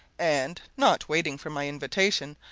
and, not waiting for my invitation,